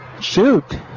Shoot